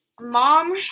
Mom